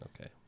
Okay